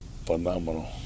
Phenomenal